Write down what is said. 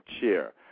chair